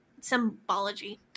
symbology